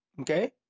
Okay